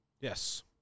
Yes